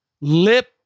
lip